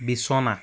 বিছনা